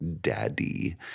daddy